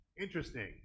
Interesting